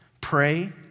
pray